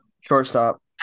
Shortstop